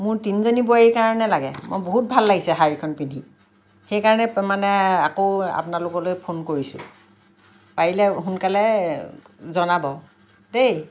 মোৰ তিনিজনী বোৱাৰীৰ কাৰণে লাগে মোৰ বহুত ভাল লাগিছে শাড়ীখন পিন্ধি সেইকাৰণে মানে আকৌ আপোনালোকলৈ ফোন কৰিছোঁ পাৰিলে সোনকালে জনাব দেই